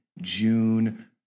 June